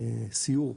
סיור.